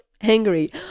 angry